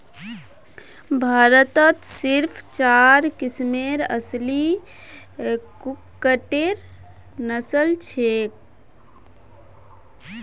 भारतत सिर्फ चार किस्मेर असली कुक्कटेर नस्ल हछेक